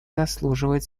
заслуживает